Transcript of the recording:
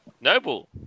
Noble